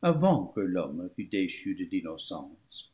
avant que l'homme fût déchu de l'innocence